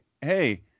hey